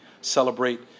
celebrate